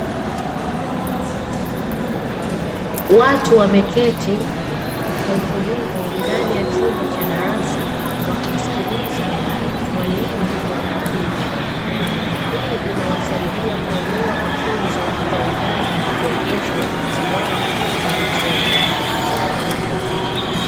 Watu wameketi kwa utulivu ndani ya chumba cha darasa wakimsikiliza mwalimu kwa umakini, hii inawasaidia kuelewa mafunzo kwa undani na kuongeza ujuzi wao kwa vitendo.